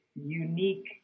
unique